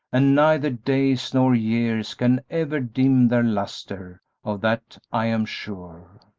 and neither days nor years can ever dim their lustre of that i am sure.